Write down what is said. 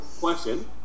question